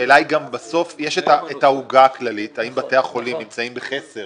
בסוף יש את העוגה הכללית והשאלה האם בתי החולים נמצאים בחסר